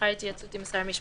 לאחר התייעצות עם שר המשפטים,